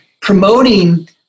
promoting